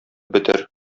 бетер